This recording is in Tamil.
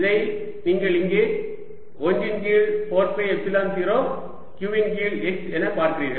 இதை நீங்கள் இங்கே 1 இன் கீழ் 4 பை எப்சிலன் 0 q இன் கீழ் x என பார்க்கிறீர்கள்